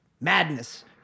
madness